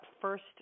first